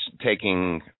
taking